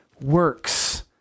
works